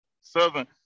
southern